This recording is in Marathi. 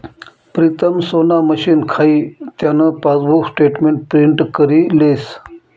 प्रीतम सोना मशीन खाई त्यान पासबुक स्टेटमेंट प्रिंट करी लेस